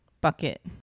bucket